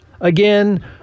again